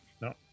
No